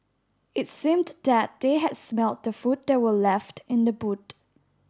it seemed that they had smelt the food that were left in the boot